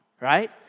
right